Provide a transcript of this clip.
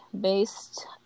based